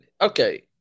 Okay